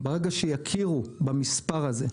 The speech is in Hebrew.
ברגע שיכירו במספר הזה,